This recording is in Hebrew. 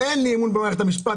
אין לי אמון במערכת המשפט,